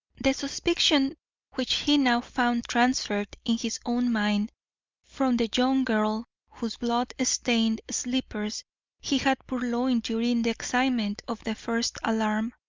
the suspicion which he now found transferred in his own mind from the young girl whose blood-stained slippers he had purloined during the excitement of the first alarm,